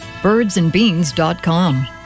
Birdsandbeans.com